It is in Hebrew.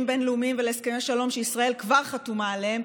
בין-לאומיים ולהסכמי השלום שישראל כבר חתומה עליהם.